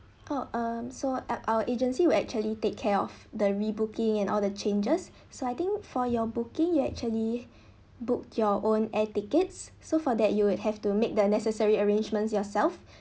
oh um so at our agency will actually take care of the rebooking and all the changes so I think for your booking you actually book your own air tickets so for that you would have to make the necessary arrangements yourself